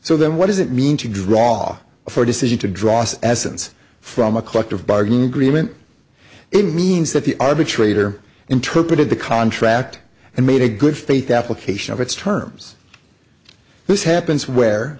so then what does it mean to draw for a decision to draw essence from a collective bargaining agreement it means that the arbitrator interpreted the contract and made a good faith application of its terms this happens where